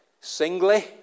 singly